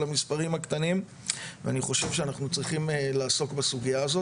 המספרים הקטנים ואני חושב שאנחנו צריכים לעסוק בסוגיה הזאת